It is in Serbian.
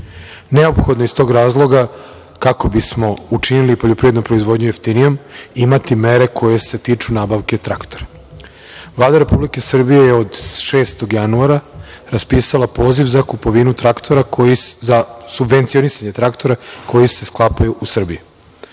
godina. Neophodno je iz tog razloga, kako bismo učinili poljoprivrednu proizvodnju jeftinijom, imati mere koje se tiču nabavke traktora. Vlada Republike Srbije je od 6. januara raspisala poziv za subvencionisanje traktora koji se sklapaju u Srbiji.